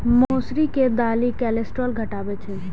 मौसरी के दालि कोलेस्ट्रॉल घटाबै छै